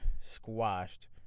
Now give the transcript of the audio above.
squashed